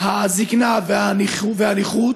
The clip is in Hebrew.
הזקנה והנכות